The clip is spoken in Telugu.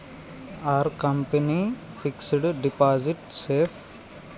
Are company fixed deposit safe?